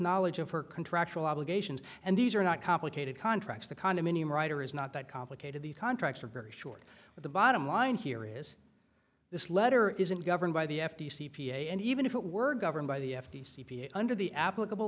knowledge of her contractual obligations and these are not complicated contracts the condominium writer is not that complicated the contracts are very short but the bottom line here is this letter isn't governed by the f t c a and even if it were governed by the f t c under the applicable